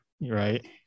right